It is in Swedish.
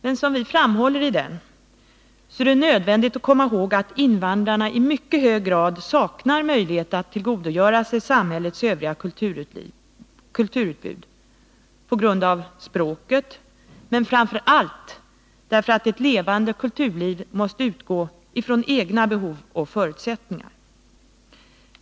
Men som vi framhåller i motionen är det nödvändigt att komma ihåg att invandrarna i mycket hög grad saknar möjlighet att tillgodogöra sig samhällets övriga kulturutbud på grund av språket men framför allt därför att ett levande kulturliv måste utgå från egna behov och förutsättningar.